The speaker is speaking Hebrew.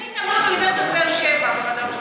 באוניברסיטת באר שבע.